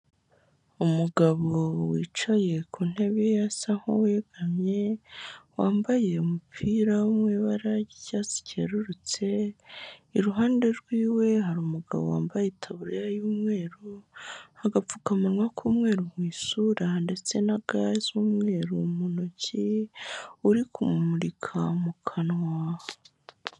Umugabo wicaye ku ntebe asa nk'uwegamye wambaye umupira mu ibara ryicyatsi cyerurutse, iruhande rwiwe hari umugabo wambaye itaburiya y'umweru agapfukamunwa k'umweru mu isura ndetse na ga z'umweru mu ntoki uri kumurika mu kanwa.